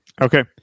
Okay